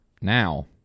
now